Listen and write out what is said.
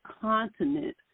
continent